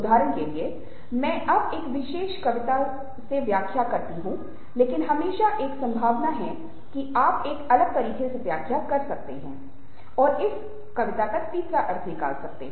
उदाहरण के लिए मैं अब एक विशेष तरीके से व्याख्या करता हूं लेकिन हमेशा एक संभावना है कि आप एक अलग तरीके से व्याख्या करेंगे जिससे इस कविता का तीसरा अर्थ निकल सकता है